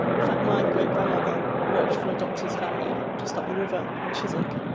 in fact, my great-grandmother worked for a doctor's family just up the river, in chiswick.